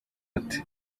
ati